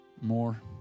more